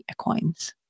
equines